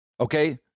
okay